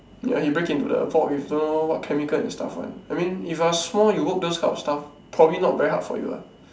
ya he break into the vault with don't know what chemical and stuff [one] I mean if you are small you work those kind of stuff probably not very hard for you lah